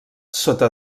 sota